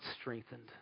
strengthened